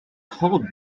hold